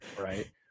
right